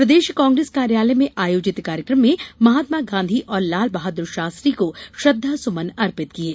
प्रदेश कांग्रेस कार्यालय में आयोजित कार्यकम में महात्मा गांधी और लालबहादुर शास्त्री को श्रद्वा सुमन अर्पित किये